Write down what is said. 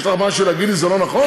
יש לך משהו להגיד לי, שזה לא נכון?